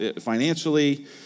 financially